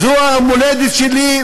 זאת המולדת שלי,